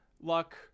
luck